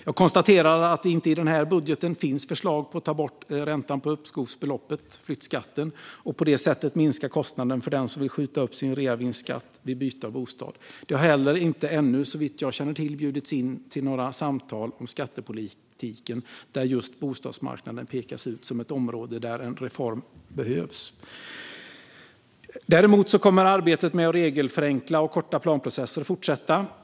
Jag konstaterar att det i den här budgeten inte finns förslag om att ta bort räntan på uppskovsbeloppet, flyttskatten, och på det sättet minska kostnaden för den som vill skjuta upp sin reavinstskatt vid byte av bostad. Det har heller inte ännu, såvitt jag känner till, bjudits in till några samtal om skattepolitiken, där just bostadsmarknaden pekas ut som ett område där en reform behövs. Däremot kommer arbetet med att regelförenkla och korta planprocesser att fortsätta.